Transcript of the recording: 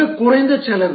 மிகக் குறைந்த செலவு